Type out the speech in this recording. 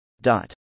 Dot